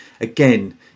again